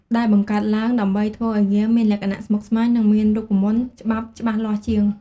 ដែលបង្កើតឡើងដើម្បីធ្វើឱ្យហ្គេមមានលក្ខណៈស្មុគស្មាញ និងមានរូបមន្តច្បាប់ច្បាស់លាស់ជាង។